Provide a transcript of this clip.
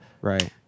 Right